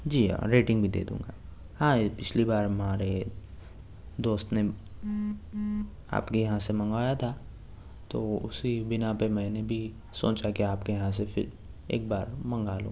جی rating بھی دے دوں گا ہاں پچھلی بار ہمارے دوست نے آپ کے یہاں سے منگوایا تھا تو اسی بنا پر میں نے بھی سوچا کہ آپ کے یہاں سے پھرایک بار منگا لوں